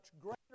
greater